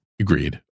Agreed